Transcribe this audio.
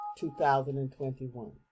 2021